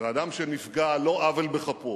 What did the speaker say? ואדם שנפגע על לא עוול בכפו,